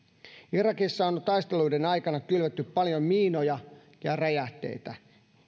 irakissa on taisteluiden aikana kylvetty paljon miinoja ja räjähteitä